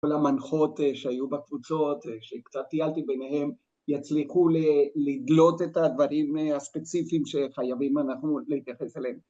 ‫כל המנחות שהיו בקבוצות, ‫שקצת טיילתי ביניהם, ‫יצליחו לדלות את הדברים הספציפיים ‫שחייבים אנחנו להתייחס אליהם.